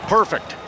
Perfect